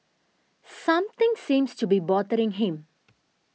something seems to be bothering him